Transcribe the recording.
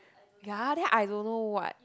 ya then I don't know what